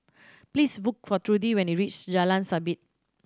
please look for Trudy when you reach Jalan Sabit